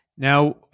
Now